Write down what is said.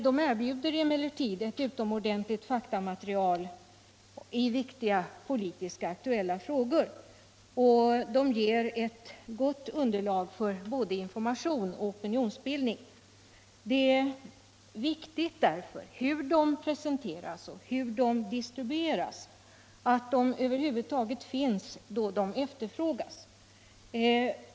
De erbjuder emellertid ett utomordentligt faktamaterial i viktiga, politiska aktuella frågor och ger ett gott underlag för både information och opinionsbildning. Det är därför viktigt hur de presenteras och distribueras - att de över huvud taget finns då de efterfrågas.